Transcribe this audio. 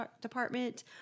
department